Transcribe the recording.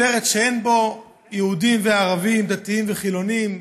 כותרת שאין בה יהודים וערבים, דתיים וחילונים.